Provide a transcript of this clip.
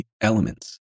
elements